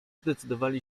zdecydowali